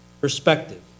perspective